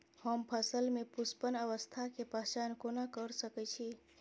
हम फसल में पुष्पन अवस्था के पहचान कोना कर सके छी?